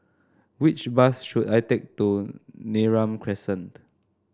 which bus should I take to Neram Crescent